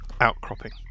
outcropping